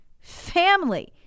family